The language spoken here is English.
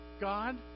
God